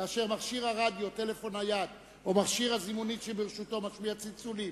ואשר מכשיר הרדיו-טלפון-נייד או מכשיר הזימונית שברשותו משמיע צלצולים,